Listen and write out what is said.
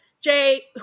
Jay